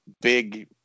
big